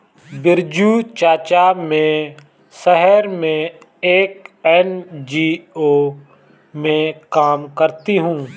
बिरजू चाचा, मैं शहर में एक एन.जी.ओ में काम करती हूं